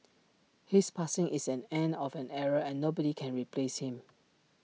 his passing is an end of an era and nobody can replace him